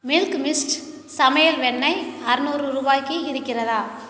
milk mist சமையல் வெண்ணெய் அறுநூறு ரூபாய்க்கு இருக்கிறதா